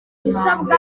bisabwa